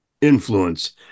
influence